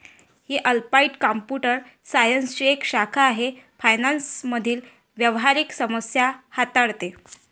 ही applied computer सायन्सची एक शाखा आहे फायनान्स मधील व्यावहारिक समस्या हाताळते